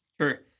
Sure